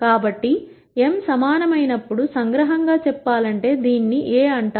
కాబట్టి m సమానమై నప్పుడు సంగ్రహంగా చెప్పాలంటే దీనిని a అంటారు